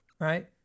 right